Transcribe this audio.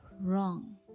wrong